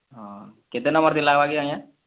ହଁ କେତେ ନମ୍ୱର୍କେ ଲାଗ୍ବାକେ ଆଜ୍ଞା